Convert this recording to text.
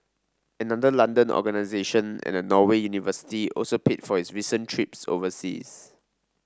another London organisation and a Norway university also paid for his recent trips overseas